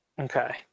Okay